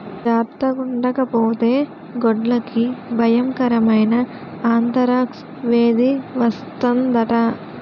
జార్తగుండకపోతే గొడ్లకి బయంకరమైన ఆంతరాక్స్ వేది వస్తందట